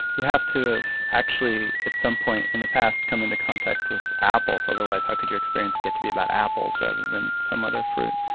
you have to have actually at some point in the past, come into contact with apples, otherwise how could you experience get to be about apples rather than some other fruit.